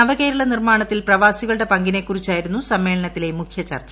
നവകേരള നിർമ്മാണത്തിൽ പ്രവാസികളുടെ പങ്കിനെക്കുറിച്ചായിരുന്നു സമ്മേളനത്തിലെ മുഖ്യ ചർച്ച